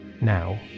now